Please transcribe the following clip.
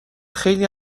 خیلی